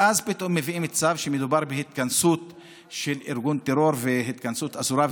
ואז פתאום מביאים צו שמדובר בהתכנסות של ארגון טרור והתכנסות אסורה,